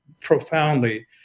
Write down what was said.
profoundly